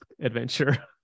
adventure